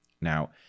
now